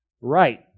right